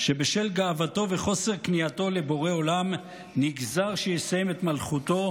שבשל גאוותו וחוסר כניעתו לבורא עולם נגזר שיסיים את מלכותו,